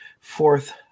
Fourth